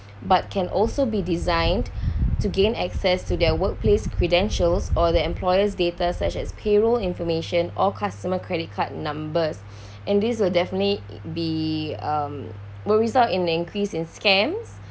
but can also be designed to gain access to their workplace credentials or their employers data such as payroll information or customer credit card numbers and these are definitely be um will result in an increase in scams